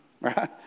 right